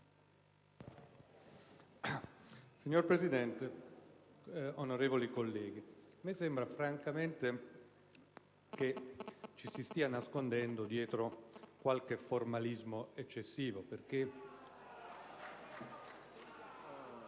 Signor Presidente, onorevoli colleghi, a me sembra francamente che ci si stia nascondendo dietro qualche formalismo eccessivo.